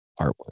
artwork